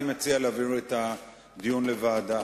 אני מציע להעביר את הדיון לוועדה.